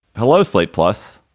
hello, slate, plus,